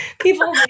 People